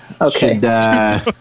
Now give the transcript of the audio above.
Okay